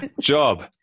Job